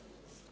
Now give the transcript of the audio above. Hvala.